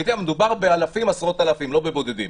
מדובר בעשרים או עשרות אלפים ולא בבודדים.